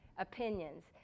opinions